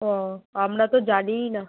ও আমরা তো জানিই না